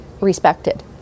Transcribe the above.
respected